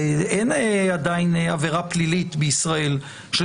אין עדיין עבירה פלילית בישראל של